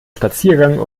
spaziergang